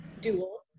dual